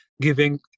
giving